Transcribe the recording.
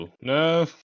no